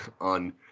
on